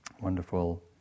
wonderful